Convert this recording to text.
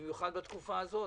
במיוחד בתקופה הזאת.